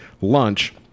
lunch